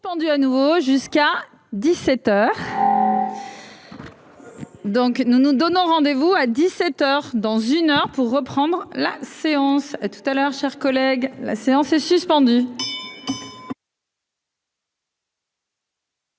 à nouveau jusqu'à 17 heures. Donc, nous nous donnons rendez-vous à 17 heures dans une heure, pour reprendre la séance tout à l'heure, chère collègue, la séance est suspendue.